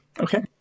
Okay